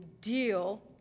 deal